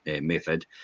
method